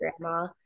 grandma